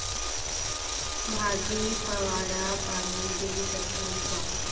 भाजी फवारा पानी दे सकथन का?